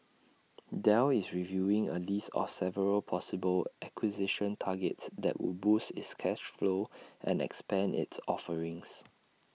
Dell is reviewing A list of several possible acquisition targets that would boost its cash flow and expand its offerings